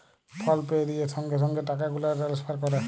ফল pay দিঁয়ে সঙ্গে সঙ্গে টাকা গুলা টেলেসফার ক্যরে